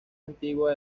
antigua